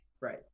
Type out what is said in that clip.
right